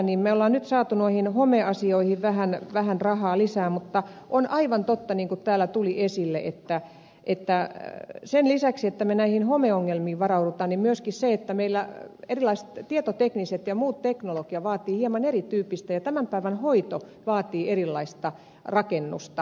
me olemme nyt saaneet homeasioihin vähän rahaa lisää mutta on aivan totta niin kuin täällä tuli esille sen lisäksi että me näihin homeongelmiin varaudumme myöskin se että meillä tietotekniikka ja muu teknologia vaatii hieman erityyppistä ja tämän päivän hoito vaatii erilaista rakennusta